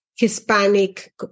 Hispanic